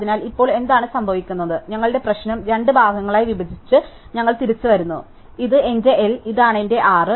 അതിനാൽ ഇപ്പോൾ എന്താണ് സംഭവിക്കുന്നത് ഞങ്ങളുടെ പ്രശ്നം രണ്ട് ഭാഗങ്ങളായി വിഭജിച്ച് ഞങ്ങൾ തിരിച്ചുവരുന്നു അതിനാൽ ഇത് എന്റെ L ഇതാണ് എന്റെ R